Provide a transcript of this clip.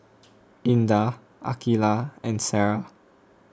Indah Aqilah and Sarah